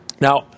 Now